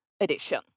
edition